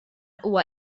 huwa